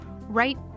right